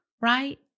right